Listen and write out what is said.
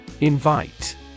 Invite